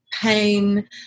pain